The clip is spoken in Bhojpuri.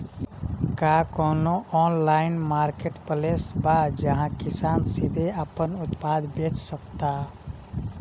का कोनो ऑनलाइन मार्केटप्लेस बा जहां किसान सीधे अपन उत्पाद बेच सकता?